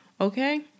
Okay